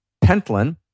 Pentland